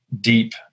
deep